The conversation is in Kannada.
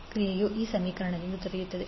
328sin 5t10° V ಈಗ ಒಟ್ಟು ಪ್ರತಿಕ್ರಿಯೆ v0 12